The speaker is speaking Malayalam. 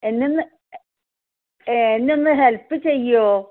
എന്നെയൊന്ന് എന്നെയൊന്ന് ഹെല്പ് ചെയ്യുമോ